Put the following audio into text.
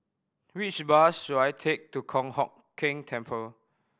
which bus should I take to Kong Hock Keng Temple